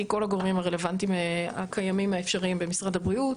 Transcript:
מכל הגורמים הרלוונטיים הקיימים האפשריים במשרד הבריאות,